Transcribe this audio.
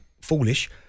foolish